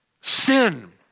Sin